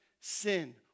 sin